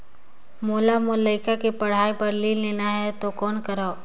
मोला मोर लइका के पढ़ाई बर ऋण लेना है तो कौन करव?